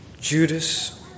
Judas